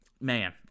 man